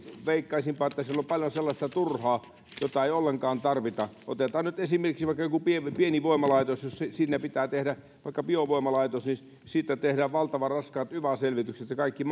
veikkaisinpa että siellä on paljon sellaista turhaa jota ei ollenkaan tarvita otetaan nyt esimerkiksi vaikka joku pieni pieni voimalaitos jos pitää tehdä vaikka biovoimalaitos niin siitä tehdään valtavan raskaat yva selvitykset ja kaikki